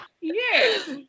yes